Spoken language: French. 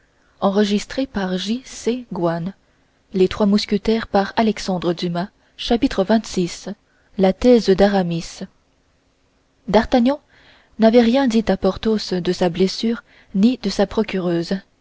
xxvi la thèse d'aramis d'artagnan n'avait rien dit à porthos de sa blessure ni de sa procureuse